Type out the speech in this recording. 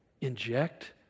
inject